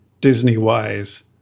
Disney-wise